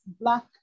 black